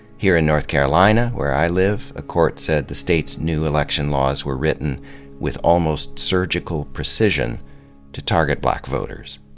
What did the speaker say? here in north carolina, where i live, a court said the state's new election laws were written with almost surgical precision to target black voters.